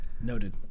Noted